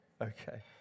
Okay